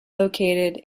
located